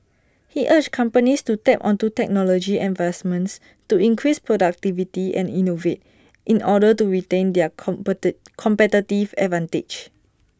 he urged companies to tap onto technology advancements to increase productivity and innovate in order to retain their compete competitive advantage